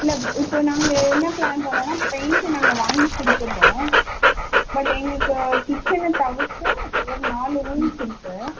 இல்லை இப்போது நாங்கள் என்ன பிளான் பண்ணோனால் பெயிண்ட் நாங்கள் வாங்கி கொடுத்துட்றோம் பட் எங்களுக்கு கிட்சனை தவிர்த்து ஒரு நாலு ரூம்ஸ் இருக்குது